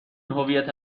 هویت